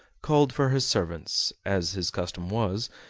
called for his servants, as his custom was,